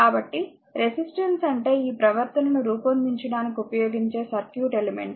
కాబట్టి రెసిస్టెన్స్ అంటే ఈ ప్రవర్తనను రూపొందించడానికి ఉపయోగించే సర్క్యూట్ ఎలిమెంట్